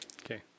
Okay